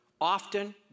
often